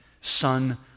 Son